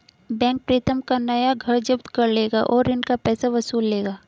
bank Pritam का नया घर जब्त कर लेगा और ऋण का पैसा वसूल लेगा